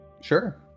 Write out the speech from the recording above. Sure